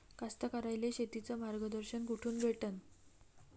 कास्तकाराइले शेतीचं मार्गदर्शन कुठून भेटन?